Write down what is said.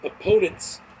opponent's